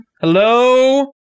Hello